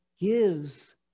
gives